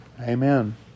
Amen